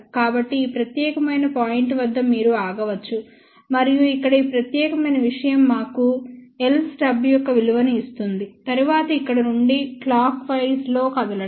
కాబట్టి ఈ ప్రత్యేకమైన పాయింట్ వద్ద మీరు ఆగవచ్చు మరియు ఇక్కడ ఈ ప్రత్యేకమైన విషయం మాకు l స్టబ్ యొక్క విలువను ఇస్తుంది తరువాత ఇక్కడ నుండి క్లాక్ వైస్ లో కదలండి